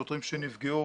שוטרים שנפגעו